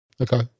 Okay